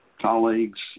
colleagues